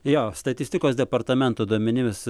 jo statistikos departamento duomenimis